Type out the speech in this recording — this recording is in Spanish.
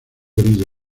herido